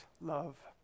love